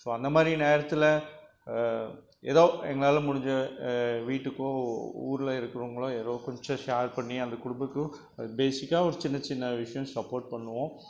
so அந்த மாதிரி நேரத்தில் ஏதோ எங்களால் முடிஞ்ச வீட்டுக்கு ஊரில் இருக்கிறவங்களோ ஏதோ கொஞ்சம் ஷேர் பண்ணி அந்த குடும்பத்துக்கும் பேசிக்காக ஒரு சின்ன சின்ன விஷயம் சப்போர்ட் பண்ணுவோம்